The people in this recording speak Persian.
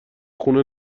خونه